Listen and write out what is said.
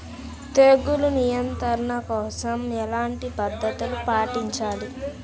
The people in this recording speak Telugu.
తెగులు నియంత్రణ కోసం ఎలాంటి పద్ధతులు పాటించాలి?